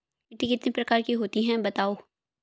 मिट्टी कितने प्रकार की होती हैं बताओ?